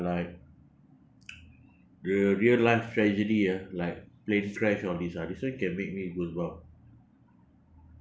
like real real life tragedy ah like plane crash all these ah this one can make me goosebump